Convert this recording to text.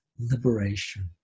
liberation